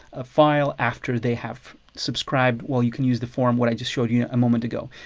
a file after they have subscribed well, you can use the form, what i just showed you yeah a moment ago.